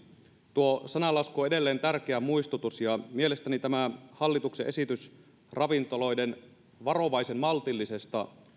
tuo sananlasku on edelleen tärkeä muistutus ja mielestäni tämä hallituksen esitys ravintoloiden varovaisen maltillisesta